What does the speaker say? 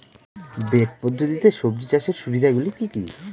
Bed পদ্ধতিতে সবজি চাষের সুবিধাগুলি কি কি?